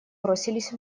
бросились